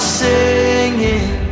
singing